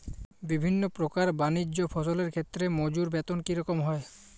বিভিন্ন প্রকার বানিজ্য ফসলের ক্ষেত্রে মজুর বেতন কী রকম হয়?